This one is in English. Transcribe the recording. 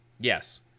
Yes